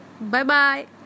Bye-bye